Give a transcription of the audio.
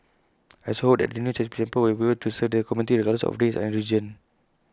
I also hope that the new Chinese temple will be able to serve the community regardless of race or religion